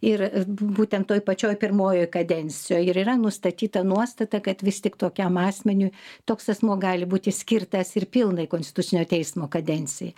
ir b būtent toj pačioj pirmojoj kadencijoj ir yra nustatyta nuostata kad vis tik tokiam asmeniui toks asmuo gali būti skirtas ir pilnai konstitucinio teismo kadencijai